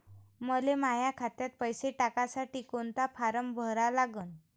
मले माह्या खात्यात पैसे टाकासाठी कोंता फारम भरा लागन?